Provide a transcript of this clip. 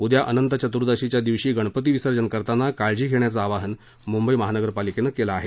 उद्या अनंत चतुर्दशीच्या दिवशी गणपती विसर्जन करताना काळजी घेण्याचं आवाहन मुंबई महानगरपालिकेनं केलं आहे